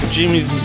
Jimmy's